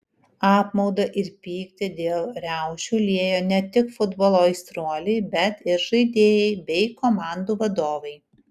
apmaudą ir pyktį dėl riaušių liejo ne tik futbolo aistruoliai bet ir žaidėjai bei komandų vadovai